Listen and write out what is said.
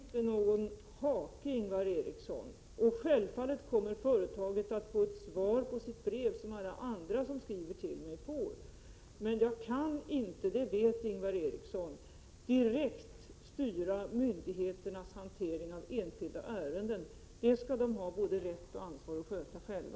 Fru talman! Självfallet är det ingen hake, Ingvar Eriksson, och självfallet kommer företaget som alla andra som skriver till mig att få ett svar på sitt brev. Men jag kan inte, och det vet Ingvar Eriksson, direkt styra myndigheternas hantering av enskilda ärenden. Sådant skall myndigheterna ha både rätt och ansvar att sköta själva.